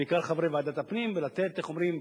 בעיקר חברי ועדת הפנים, ולתת, איך אומרים?